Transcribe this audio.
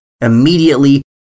immediately